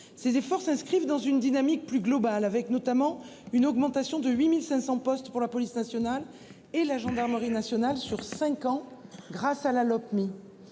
Ces efforts s'inscrivent dans une dynamique plus global avec notamment une augmentation de 8500 postes pour la police nationale et la gendarmerie nationale sur 5 ans grâce à la Lopmi.